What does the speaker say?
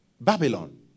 Babylon